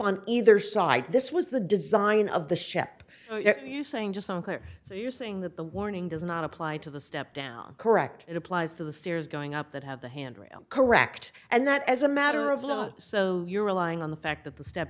on either side this was the design of the shep you saying just on clear so you're saying that the warning does not apply to the step down correct it applies to the stairs going up that have the handrail correct and that as a matter of law so you're relying on the fact that the step